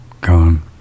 gone